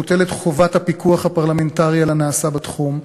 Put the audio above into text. מוטלת חובת הפיקוח הפרלמנטרי על הנעשה בתחום,